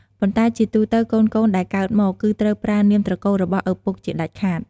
ប៉ុន្តែជាទូទៅ កូនៗដែលកើតមក គឺត្រូវប្រើនាមត្រកូលរបស់ឪពុកជាដាច់ខាត។